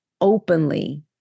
openly